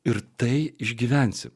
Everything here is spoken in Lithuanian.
ir tai išgyvensime